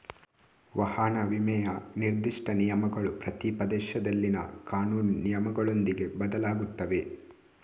ವಾಹನ ವಿಮೆಯ ನಿರ್ದಿಷ್ಟ ನಿಯಮಗಳು ಪ್ರತಿ ಪ್ರದೇಶದಲ್ಲಿನ ಕಾನೂನು ನಿಯಮಗಳೊಂದಿಗೆ ಬದಲಾಗುತ್ತವೆ